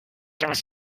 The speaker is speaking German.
das